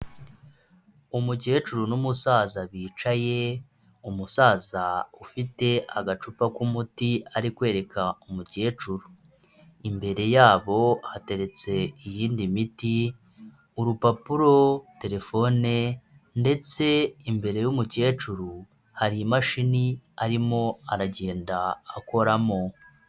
Umukecuru n'umusaza bicaye, umusaza ufite agacupa k'umuti ari kwereka umukecuru. Imbere yabo hateretse iyindi miti urupapuro na terefone ndetse imbere y'umukecuru hari imashini arimo aragenda akoramo.